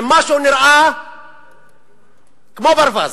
אם משהו נראה כמו ברווז,